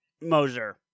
Moser